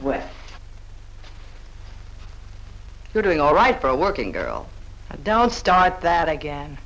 when you're doing all right for a working girl don't start that again